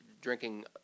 drinking